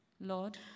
Lord